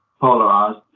polarized